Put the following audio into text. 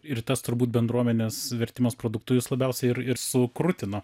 ir tas turbūt bendruomenės vertimas produktu jus labiausiai ir ir sukrutino